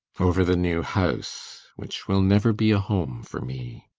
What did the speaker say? over the new house, which will never be a home for me.